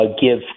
give